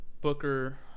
Booker